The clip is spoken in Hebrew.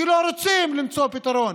כי לא רוצים למצוא פתרון.